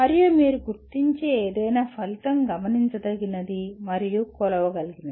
మరియు మీరు గుర్తించే ఏదైనా ఫలితం గమనించదగినది మరియు కొలవగలది